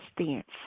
stance